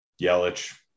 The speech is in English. Yelich